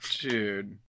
Dude